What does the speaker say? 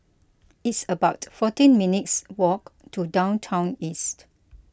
it's about fourteen minutes' walk to Downtown East